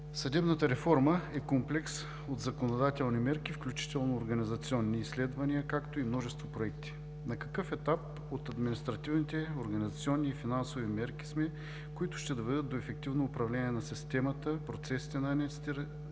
Съдебната реформа е комплекс от законодателни мерки, включително организационни изследвания, както и множество проекти. На какъв етап сме от административните, организационни и финансови мерки, които ще доведат до ефективното управление на системата, процесите на атестиране,